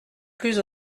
plus